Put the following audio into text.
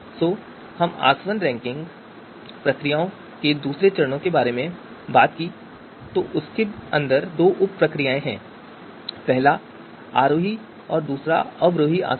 सो हम् आसवन प्रक्रियाओं के दूसरे चरण के बारे में बात की तो उसके भीतर दो उप प्रक्रियाएँ हैं पहला आरोही और दूसरा अवरोही आसवन